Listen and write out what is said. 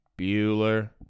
Bueller